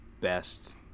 best